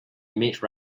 image